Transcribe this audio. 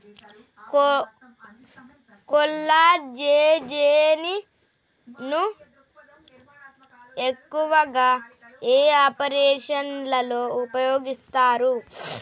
కొల్లాజెజేని ను ఎక్కువగా ఏ ఆపరేషన్లలో ఉపయోగిస్తారు?